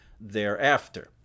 thereafter